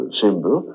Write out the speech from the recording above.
symbol